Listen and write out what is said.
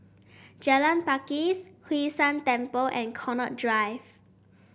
Jalan Pakis Hwee San Temple and Connaught Drive